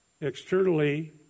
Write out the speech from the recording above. externally